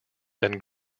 than